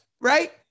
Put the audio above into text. right